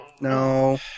No